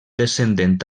descendent